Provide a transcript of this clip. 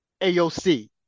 AOC